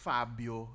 Fabio